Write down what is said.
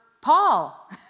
paul